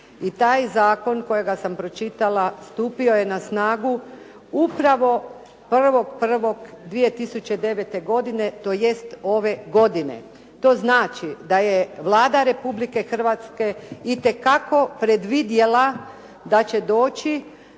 i taj zakon kojega sam pročitala stupio je na snagu upravo 1.1.2009. godine tj. ove godine. To znači da je Vlada Republike Hrvatske itekako predvidjela da će doći